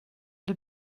did